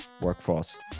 workforce